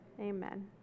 Amen